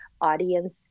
audience